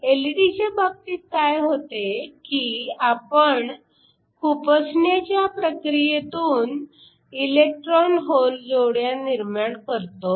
एलईडीच्या बाबतीत काय होते की आपण खुपसण्याच्या प्रक्रियेतून इलेक्ट्रॉन होल जोड्या तयार करतो